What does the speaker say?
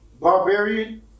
Barbarian